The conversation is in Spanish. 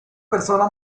persona